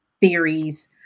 theories